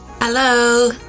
Hello